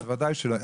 וודאי שלא,